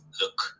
look